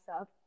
up